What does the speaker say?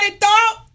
thought